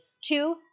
Two